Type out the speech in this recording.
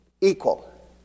equal